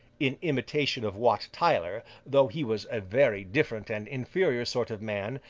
in imitation of wat tyler, though he was a very different and inferior sort of man,